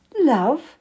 Love